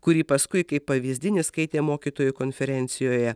kurį paskui kaip pavyzdinį skaitė mokytojų konferencijoje